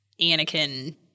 Anakin